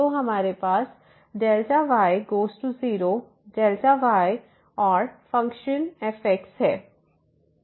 तो हमारे पास y→0 y और फ़ंक्शन fxहै